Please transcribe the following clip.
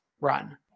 run